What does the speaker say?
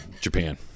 Japan